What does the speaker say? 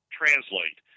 translate